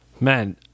man